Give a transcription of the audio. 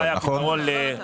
מעולם לא היה פתרון לזה.